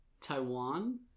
Taiwan